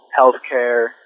healthcare